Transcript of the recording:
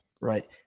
right